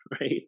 right